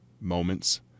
moments